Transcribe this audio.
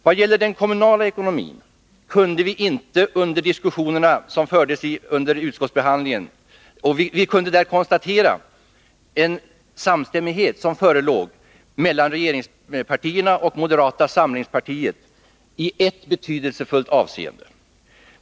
Vad gäller den kommunala ekonomin kunde vi vid de diskussioner som fördes under utskottsbehandlingen konstatera att samstämmighet förelåg mellan regeringspartierna och moderata samlingspartiet i ett betydelsefullt avseende.